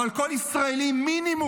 אבל כל ישראלי עם מינימום,